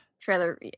trailer